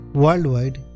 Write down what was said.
worldwide